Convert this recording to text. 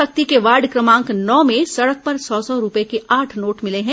सक्ती के वार्ड क्रमांक नौ में सड़क पर सौ सौ रूपये के आठ नोट मिले हैं